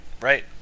Right